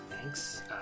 Thanks